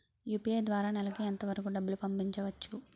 UPI ద్వారా నెలకు ఎంత వరకూ డబ్బులు పంపించవచ్చు?